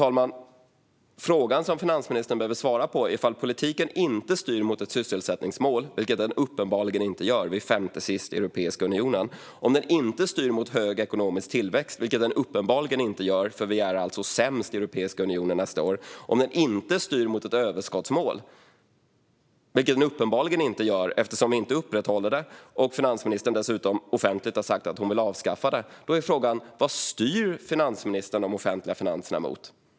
Jag har en fråga som finansministern behöver svara på. Om politiken inte styr mot ett sysselsättningsmål, vilket den uppenbarligen inte gör eftersom Sverige är femma från slutet i Europeiska unionen, om den inte styr mot hög ekonomisk tillväxt, vilket den uppenbarligen inte gör eftersom Sverige är sämst i Europeiska unionen nästa år, och om den inte styr mot ett överskottsmål, vilket den uppenbarligen inte gör eftersom vi inte upprätthåller målet och eftersom finansministern dessutom offentligt har sagt att hon vill avskaffa det är frågan: Vad styr finansministern de offentliga finanserna mot?